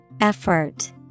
Effort